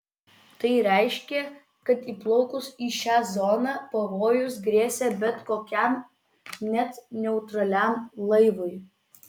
tai reiškė kad įplaukus į šią zoną pavojus grėsė bet kokiam net neutraliam laivui